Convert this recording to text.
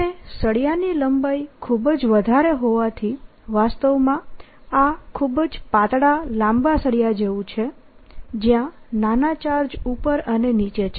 અને સળિયાની લંબાઈ ખૂબ જ વધારે હોવાથી વાસ્તવમાં આ ખૂબ જ પાતળા લાંબા સળિયા જેવું છે જ્યા નાના ચાર્જ ઉપર અને નીચે છે